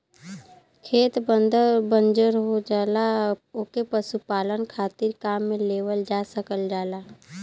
खेत बंजर हो जाला ओके पशुपालन खातिर काम में लेवल जा सकल जाला